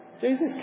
Jesus